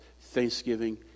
Thanksgiving